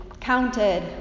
counted